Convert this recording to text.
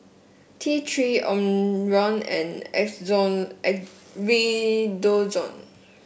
T Three Omron and Redoxon